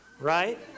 Right